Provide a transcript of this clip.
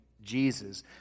Jesus